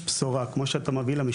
כמו יואל רזבוזוב וכמו השר שלנו,